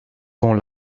con